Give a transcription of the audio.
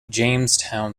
jamestown